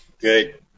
Good